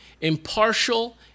impartial